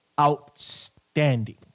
Outstanding